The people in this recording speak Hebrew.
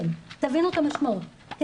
תבינו את המשמעות.